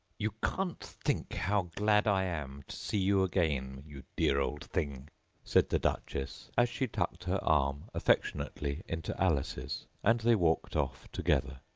you can't think how glad i am to see you again, you dear old thing said the duchess, as she tucked her arm affectionately into alice's, and they walked off together.